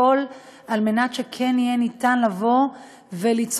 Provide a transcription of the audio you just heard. הכול על מנת שכן יהיה ניתן לבוא וליצור